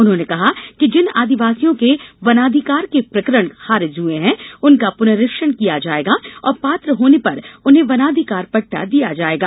उन्होंने कहा कि जिन आदिवासियों के वनाधिकार के प्रकरण खारिज हुए हैं उनका पुनरीक्षण किया जायेगा और पात्र होने पर उन्हें वनाधिकार पट्टा दिया जायेगा